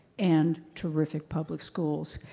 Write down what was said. and terrific public schools.